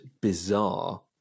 bizarre